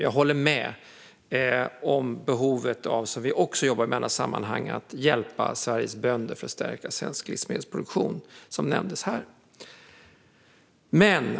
Jag håller också med om behovet av att hjälpa Sveriges bönder för att stärka svensk livsmedelsproduktion, vilket nämndes här och vilket vi jobbar med i alla sammanhang.